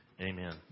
Amen